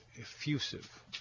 effusive